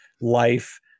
life